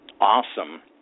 awesome